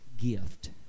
gift